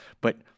But-